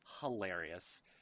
hilarious